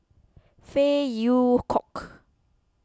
Phey Yew Kok